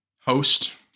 host